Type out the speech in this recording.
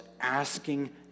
asking